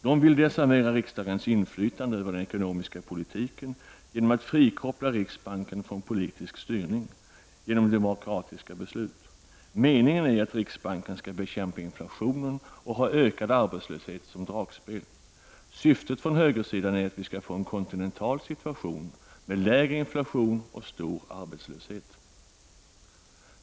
De vill desarmera riksdagens inflytande över den ekonomiska politiken genom att frikoppla riksbanken från politisk styrning genom demokratiska beslut. Meningen är att riksbanken skall bekämpa inflationen och ha ökad arbetslöshet som dragspel. Syftet från högersidan är att vi skall få en kontinental situation med lägre inflation och stor arbetslöshet.